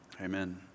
amen